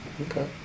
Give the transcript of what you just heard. Okay